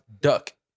duck